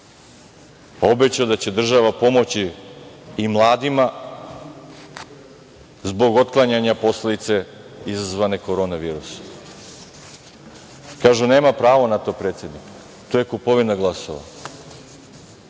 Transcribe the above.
obećao da će država pomoći i mladima zbog otklanjanja posledica izazvanih korona virusom. Kaže - nema pravo na to predsednik, to je kupovina glasova.